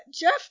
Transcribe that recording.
Jeff